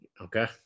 Okay